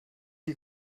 die